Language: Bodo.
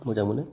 मोजां मोनो